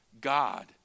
God